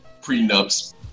prenups